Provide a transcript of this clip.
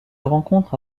rencontre